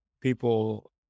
people